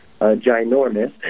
ginormous